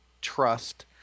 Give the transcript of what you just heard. trust